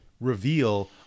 reveal